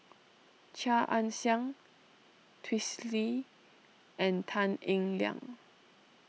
Chia Ann Siang Twisstii and Tan Eng Liang